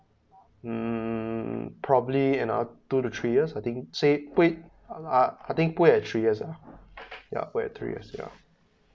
mm probably add now uh two or three years I think said put it uh I think put it as three years uh ya put as three years ya